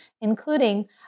including